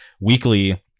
weekly